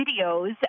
videos